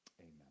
Amen